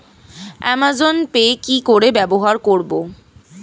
Amazon pay কি করে ব্যবহার করব?